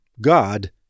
God